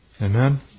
Amen